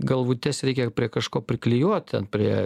galvutes reikia prie kažko priklijuot ten prie